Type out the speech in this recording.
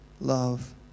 love